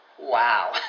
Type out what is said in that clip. Wow